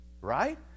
right